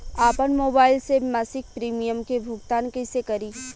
आपन मोबाइल से मसिक प्रिमियम के भुगतान कइसे करि?